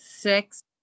Six